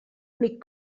únic